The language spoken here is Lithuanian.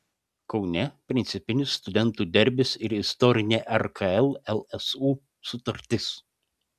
kaune principinis studentų derbis ir istorinė rkl lsu sutartis